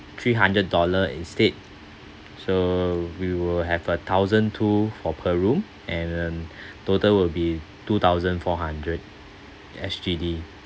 three hundred dollar instead so we will have a thousand two for per room and total will be two thousand four hundred SG_D